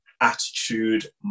attitude